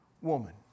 woman